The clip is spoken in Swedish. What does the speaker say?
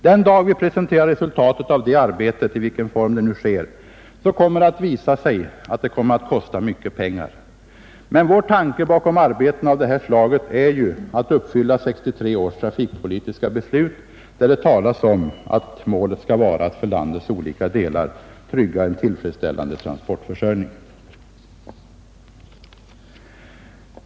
Den dag vi presenterar resultatet av det arbetet — i vilken form det nu sker — kommer det att visa sig att det kostar mycket pengar. Men vår tanke bakom arbeten av det här slaget är ju att uppfylla 1963 års trafikpolitiska beslut, där det talas om att målet skall vara att för landets olika delar trygga en tillfredsställande trafikförsörjning.